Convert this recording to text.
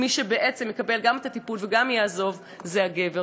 ומי שבעצם מקבל גם את הטיפול וגם יעזוב זה הגבר.